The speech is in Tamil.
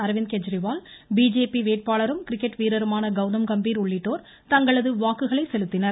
அரவிந்த் கெஜ்ரிவால் பிஜேபி வேட்பாளரும் கிரிக்கெட் வீரருமான கௌதம் கம்பீர் உள்ளிட்டோர் தங்களது வாக்குகளை செலுத்தினர்